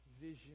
vision